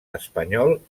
espanyol